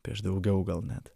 prieš daugiau gal net